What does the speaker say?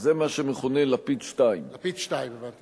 זה מה שמכונה "לפיד 2". בדרך יש לפיד